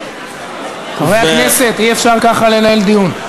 חברי הכנסת, אי-אפשר ככה לנהל דיון.